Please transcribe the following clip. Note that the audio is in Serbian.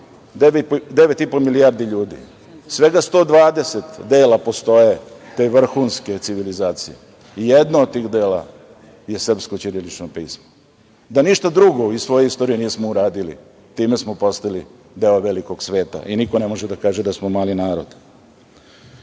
9,5 milijardi ljudi, svega 120 dela postoje te vrhunske civilizacije. Jedno od tih dela je srpsko ćirilično pismo. Da ništa drugo iz svoje istorije nismo uradili time smo postali deo velikog sveta i niko ne može da kaže da smo mali narod. Put